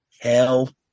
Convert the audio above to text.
Hell